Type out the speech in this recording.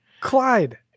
Clyde